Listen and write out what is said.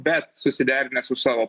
bet susiderinęs su savo